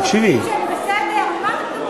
עושות את זה הנשים הכי מוחלשות.